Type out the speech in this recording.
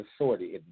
authority